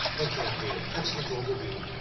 thanks, andrea. excellent overview.